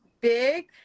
big